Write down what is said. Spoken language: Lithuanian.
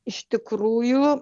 iš tikrųjų